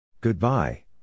Goodbye